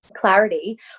clarity